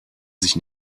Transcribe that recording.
sich